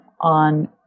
on